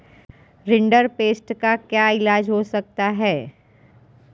rinderpest का क्या इलाज हो सकता है